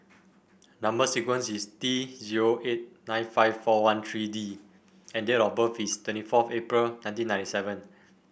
number sequence is T zero eight nine five four one three D and date of birth is twenty four April nineteen ninety seven